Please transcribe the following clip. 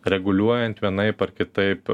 reguliuojant vienaip ar kitaip